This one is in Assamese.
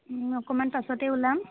অকণমান পাছতেই ওলাম